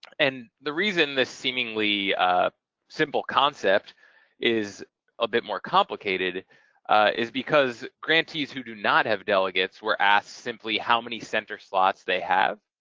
and the reason this seemingly simple concept is a bit more complicated is because grantees who do not have delegates were asked simply, how many center slots they have,